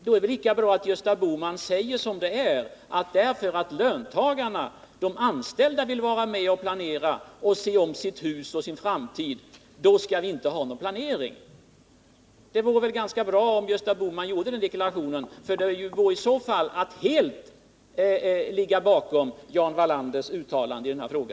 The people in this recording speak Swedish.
Det är väl lika bra att Gösta Bohman säger som det är: därför att löntagarna, de anställda, vill vara med och planera och se om sitt hus och sin framtid skall vi inte ha någon planering. Det vore ganska bra om Gösta Bohman gjorde den deklarationen, för därmed skulle han ställa sig helt bakom Jan Wallanders uttalande i denna fråga.